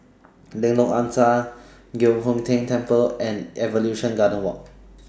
Lengkok Angsa Giok Hong Tian Temple and Evolution Garden Walk